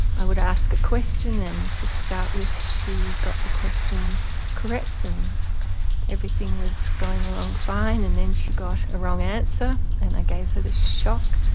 i would ask a question and to start with she got the questions correct and everything was going along fine and then she got t a wrong answer and i gave her the shock